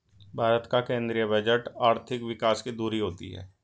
भारत का केंद्रीय बजट आर्थिक विकास की धूरी होती है